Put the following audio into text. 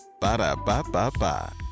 Ba-da-ba-ba-ba